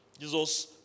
jesus